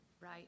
Right